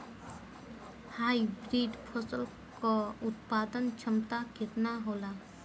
Hybrid फसल क उत्पादन क्षमता केतना होला?